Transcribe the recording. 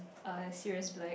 uh Sirius-Black